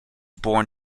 born